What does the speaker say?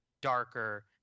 darker